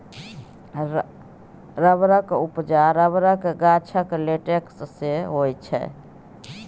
रबरक उपजा रबरक गाछक लेटेक्स सँ होइ छै